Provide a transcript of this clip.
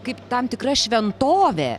kaip tam tikra šventovė